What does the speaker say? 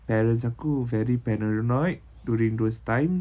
parents aku very paranoid during those times